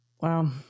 wow